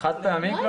חד-פעמי?